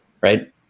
Right